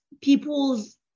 people's